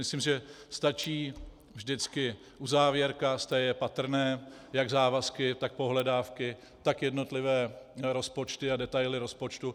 Myslím, že stačí vždycky uzávěrka, z té jsou patrné jak závazky, tak pohledávky, tak jednotlivé rozpočty a detaily rozpočtu.